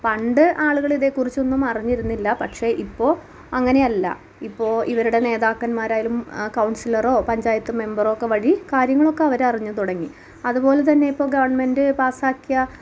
പണ്ട് ആലുകളില്ലാതെ കുറിച്ചൊന്നും അറിഞ്ഞിരുന്നില്ല പക്ഷേ ഇപ്പോൾ അങ്ങനെയല്ല ഇപ്പോൾ ഇവരുടെ നേതാക്കന്മാരായാലും കൗൺസിലറോ പഞ്ചായത്ത് മെമ്പറോ ഒക്കെ വഴി കാര്യങ്ങളൊക്കെ അവരറിഞ്ഞ് തുടങ്ങി അത് പോലെ തന്നെ ഇപ്പോൾ ഗെവൺമൻട് പാസ്സാക്കിയ